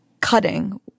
Cutting